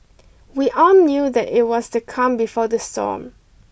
we all knew that it was the calm before the storm